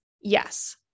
Yes